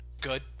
good